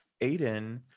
aiden